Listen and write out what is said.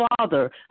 father